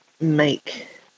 make